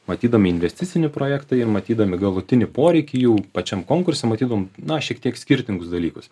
matydami investicinį projektą ir matydami galutinį poreikį jau pačiam konkurse matydavom na šiek tiek skirtingus dalykus